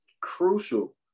crucial